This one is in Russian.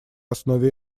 основе